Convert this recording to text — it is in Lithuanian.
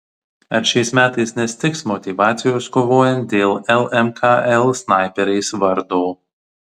ar šiais metais nestigs motyvacijos kovojant dėl lmkl snaiperės vardo